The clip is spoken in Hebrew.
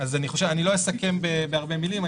אני לא אסכם בהרבה מילים,